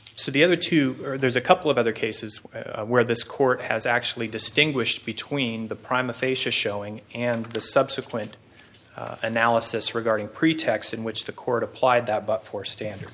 so the other two are there's a couple of other cases where this court has actually distinguished between the prime the facia showing and the subsequent analysis regarding pretext in which the court applied that but for standard